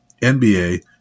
NBA